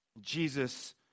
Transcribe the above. Jesus